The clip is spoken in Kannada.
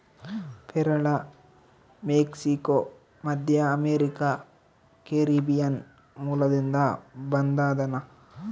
ಪೇರಲ ಮೆಕ್ಸಿಕೋ, ಮಧ್ಯಅಮೇರಿಕಾ, ಕೆರೀಬಿಯನ್ ಮೂಲದಿಂದ ಬಂದದನಾ